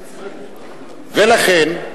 ולכן,